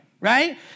right